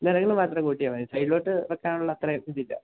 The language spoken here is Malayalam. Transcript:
നിലകൾ മാത്രം കൂട്ടിയാൽ മതി സൈഡിലോട്ട് വെക്കാനുള്ള അത്രയും ഇതില്ല